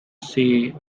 say